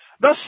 Thus